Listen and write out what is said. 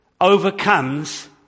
overcomes